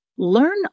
Learn